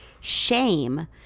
Shame